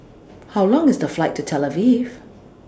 How Long IS The Flight to Tel Aviv